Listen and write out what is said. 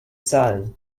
zahlen